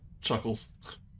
chuckles